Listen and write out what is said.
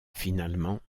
finalement